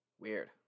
weird